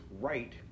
right